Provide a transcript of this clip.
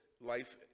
life